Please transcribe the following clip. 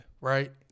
Right